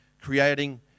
creating